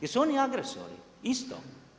Jesu oni agresori isto?